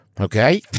Okay